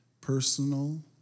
personal